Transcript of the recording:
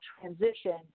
transition